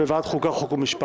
של חבר הכנסת צבי